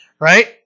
right